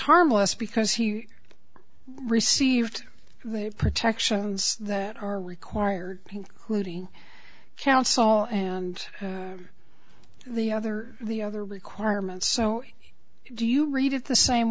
harmless because he received they have protections that are required hooty counsel and the other the other requirements so do you read it the same